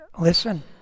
Listen